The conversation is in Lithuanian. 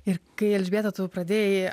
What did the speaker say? ir kai elžbieta tu pradėjai